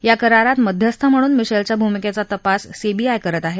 या करारात मध्यस्थ म्हणून मिशेलच्या भूमिकेचा तपास सीबीआय करत आहे